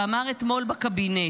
שאמר אתמול בקבינט: